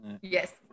Yes